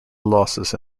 losses